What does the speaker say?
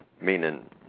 meaning